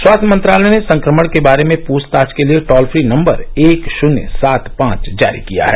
स्वास्थ्य मंत्रालय ने संक्रमण के बारे में पूछताछ के लिए टोल फ्री नंबर एक शून्य सात पांच जारी किया है